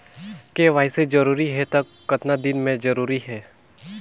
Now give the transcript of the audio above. KYC जरूरी हे तो कतना दिन मे जरूरी है?